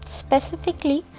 specifically